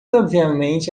obviamente